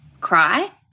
cry